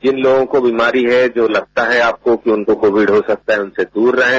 जिन लोगों को बीमारी है जो लगता है कि आपको कि उनको कोविड हो सकता है उनसे दूर रहें